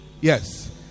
yes